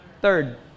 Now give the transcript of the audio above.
third